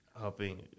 helping